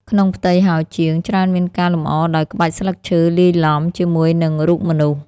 ក្នុងផ្ទៃហោជាង ច្រើនមានការលម្អដោយ ក្បាច់ស្លឹកឈើលាយឡំ ជាមួយនឹងរូបមនុស្ស។